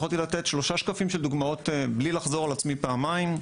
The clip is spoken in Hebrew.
יכולתי לתת שלושה שקפים של דוגמאות בלי לחזור על עצמי פעמיים,